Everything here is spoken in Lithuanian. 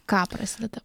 ka prasideda